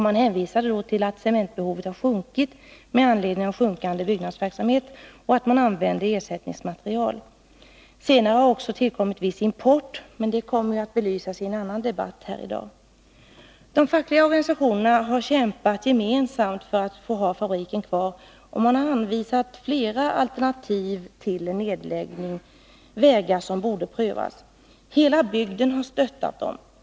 Man hänvisade till att cementbehovet sjunkit med anledning av sjunkande byggnadsverksamhet och användande av ersättningsmaterial. Senare har också tillkommit viss import, men det kommer att belysas i en annan debatt under dagen. De fackliga organisationerna har gemensamt kämpat för att få ha fabriken kvar, och man har anvisat flera alternativ till en nedläggning, vägar som borde prövas. Hela bygden har stöttat dem.